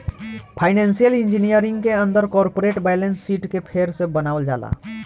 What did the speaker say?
financial engineering के अंदर corporate balance sheet के फेर से बनावल जाला